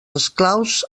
esclaus